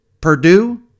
Purdue